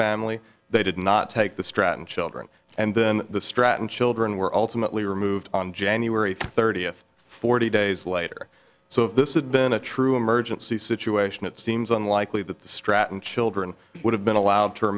family they did not take the stratton children and then the stratton children were ultimately removed on january thirtieth forty days later so if this is been a true emergency situation it seems unlikely that the stratton children would have been allowed to